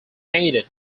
painted